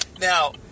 now